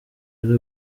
ari